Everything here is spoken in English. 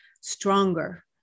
stronger